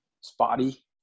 Spotty